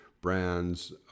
brands